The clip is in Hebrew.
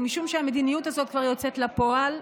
ומשום שהמדיניות הזאת כבר יוצאת לפועל,